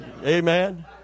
amen